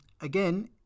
again